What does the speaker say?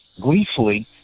gleefully